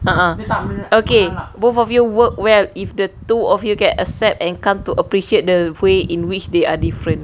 a'ah okay both of you work well if the two of you can accept and come to appreciate the way in which they are different